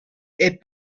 est